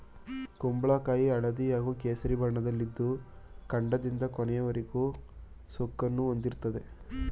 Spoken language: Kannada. ಕುಂಬಳಕಾಯಿ ಹಳದಿ ಹಾಗೂ ಕೇಸರಿ ಬಣ್ಣದಲ್ಲಿದ್ದು ಕಾಂಡದಿಂದ ಕೊನೆಯವರೆಗೂ ಸುಕ್ಕನ್ನು ಹೊಂದಿರ್ತದೆ